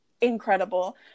incredible